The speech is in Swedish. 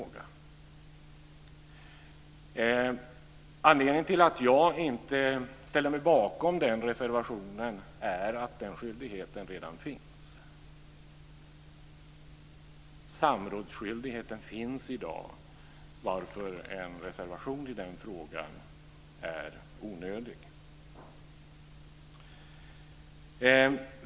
Anledningen till att jag inte ställer mig bakom den reservationen är att den skyldigheten redan finns. Samrådsskyldigheten finns i dag, varför en reservation i den frågan är onödig.